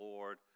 Lord